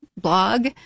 blog